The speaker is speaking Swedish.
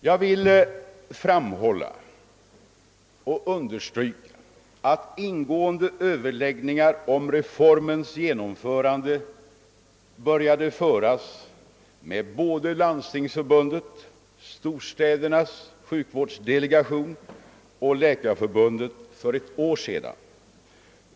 Jag vill framhålla att ingående överläggningar om reformens genomförande började föras med både Landstingsförbundet, storstädernas sjukvårdsdelegation och Läkarförbundet för ett år sedan.